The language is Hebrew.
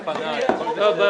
תהיה לפניי, הכול בסדר.